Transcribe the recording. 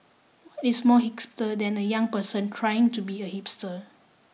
is more hipster than a young person trying to be a hipster